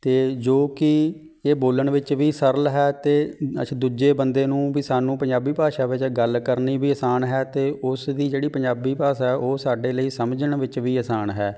ਅਤੇ ਜੋ ਕਿ ਇਹ ਬੋਲਣ ਵਿੱਚ ਵੀ ਸਰਲ ਹੈ ਅਤੇ ਅੱਛਾ ਦੂਜੇ ਬੰਦੇ ਨੂੰ ਵੀ ਸਾਨੂੰ ਪੰਜਾਬੀ ਭਾਸ਼ਾ ਵਿੱਚ ਗੱਲ ਕਰਨੀ ਵੀ ਆਸਾਨ ਹੈ ਅਤੇ ਉਸ ਦੀ ਜਿਹੜੀ ਪੰਜਾਬੀ ਭਾਸ਼ਾ ਹੈ ਉਹ ਸਾਡੇ ਲਈ ਸਮਝਣ ਵਿੱਚ ਵੀ ਆਸਾਨ ਹੈ